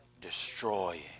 destroying